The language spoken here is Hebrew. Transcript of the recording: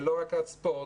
לא רק הספורט,